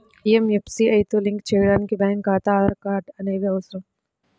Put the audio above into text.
పీయంఎస్బీఐతో లింక్ చేయడానికి బ్యేంకు ఖాతా, ఆధార్ కార్డ్ అనేవి అవసరం